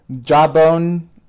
Jawbone